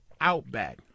Outback